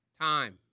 Time